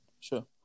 Sure